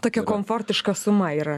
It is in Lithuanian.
tokia komfortiška suma yra